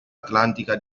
atlantica